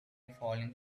falling